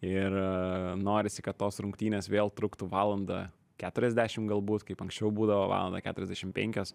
ir norisi kad tos rungtynės vėl truktų valandą keturiasdešimt galbūt kaip anksčiau būdavo valandą keturiasdešimt penkios